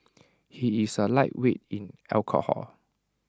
he is A lightweight in alcohol